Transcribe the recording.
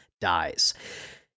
dies